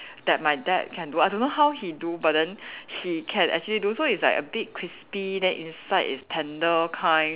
that my dad can do I don't know how he do but then he can actually do so it's like a bit crispy then inside is tender kind